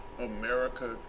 America